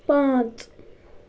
پانٛژھ